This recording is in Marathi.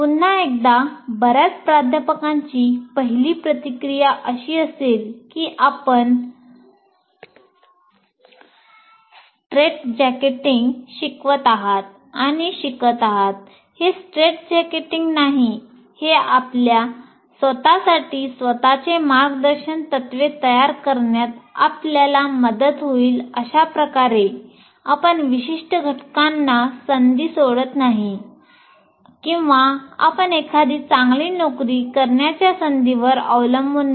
पुन्हा एकदा बर्याच प्राध्यापकांची पहिली प्रतिक्रिया अशी असेल की आपण स्ट्रिटजेकेटिंग नाही हे आपल्या स्वतःसाठी स्वतःचे मार्गदर्शक तत्त्वे तयार करण्यात आपल्याला मदत होईल अशा प्रकारे आपण विशिष्ट घटकांसाठी संधी सोडत नाही किंवा आपण एखादी चांगली नोकरी करण्याच्या संधीवर अवलंबून नाही